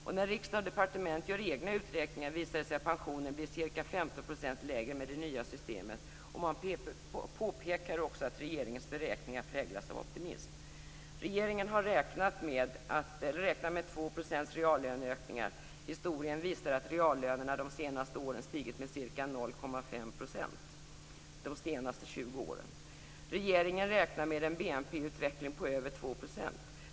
När Från Riksdag & Departement gör egna uträkningar visar det sig att pensionen blir cirka 15 % lägre med det nya systemet, och man påpekar också att regeringens beräkningar präglas av optimism. Regeringen har räknat med 2 % reallöneökningar, medan historien visar att reallönerna stigit med ca 0,5 % de senaste 20 åren. Regeringen räknar också med en BNP-utveckling på över 2 %.